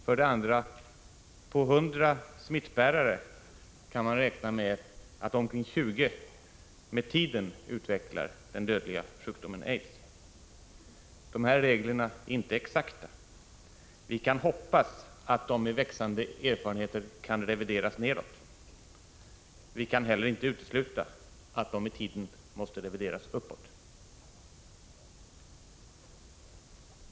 För det andra: av 100 smittbärare kan man räkna med att omkring 20 med tiden utvecklar den dödliga sjukdomen aids. De här reglerna är inte exakta. Vi kan hoppas att de med växande erfarenheter kan revideras neråt, men vi kan inte heller utesluta att de med tiden måste revideras uppåt.